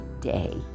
day